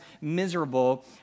miserable